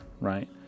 right